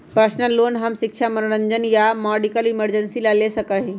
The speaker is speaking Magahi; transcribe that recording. पर्सनल लोन हम शिक्षा मनोरंजन या मेडिकल इमरजेंसी ला ले सका ही